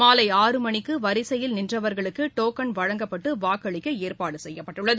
மாலை ஆறு மணிக்கு வரிசையில் நின்றவர்களுக்கு டோக்கன் வழங்கப்பட்டு வாக்களிக்க ஏற்பாடு செய்யப்பட்டுள்ளது